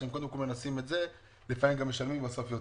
שקודם כל מנסים את הבדיקה הזאת ולפעמים משלמים יותר בסוף.